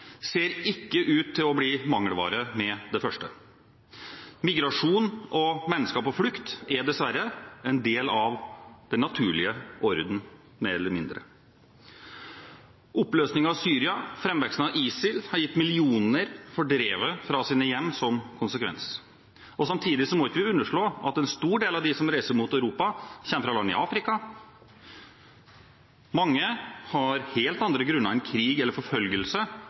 ser ikke ut til å bli mangelvare med det første. Migrasjon og mennesker på flukt er dessverre en del av den naturlige orden – mer eller mindre. Oppløsningen av Syria og framveksten av ISIL har gitt millioner av mennesker fordrevet fra sine hjem som konsekvens. Samtidig må vi ikke underslå at en stor del av dem som reiser mot Europa, kommer fra land i Afrika. Mange har helt andre grunner enn krig eller forfølgelse